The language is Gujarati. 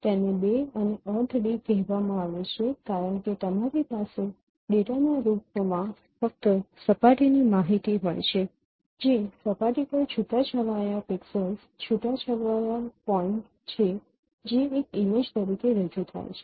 તેને બે અને અર્ધ ડી કહેવામાં આવે છે કારણ કે તમારી પાસે ડેટાના રૂપમાં ફક્ત સપાટીની માહિતી હોય છે જે સપાટી પરના છૂટાછવાયા પિક્સેલ્સ છૂટાછવાયા પોઇન્ટ્સ છે જે એક ઇમેજ તરીકે રજૂ થાય છે